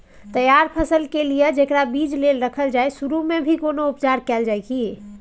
तैयार फसल के लिए जेकरा बीज लेल रखल जाय सुरू मे भी कोनो उपचार कैल जाय की?